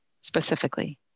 specifically